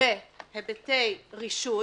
בהיבטי רישוי,